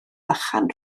bychan